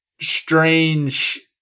strange